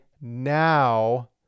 now